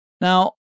Now